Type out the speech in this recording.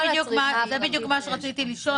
על זה בדיוק רציתי לשאול,